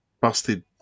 busted